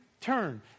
turn